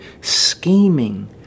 scheming